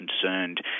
concerned